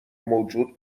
موجود